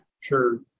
Sure